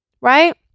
right